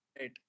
right